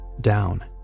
down